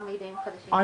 איזה מידעים חדשים.